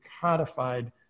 codified